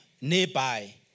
nearby